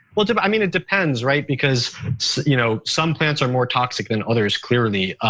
well, i mean it depends, right? because you know some plants are more toxic than others clearly.